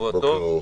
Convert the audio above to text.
שבוע טוב,